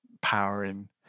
powering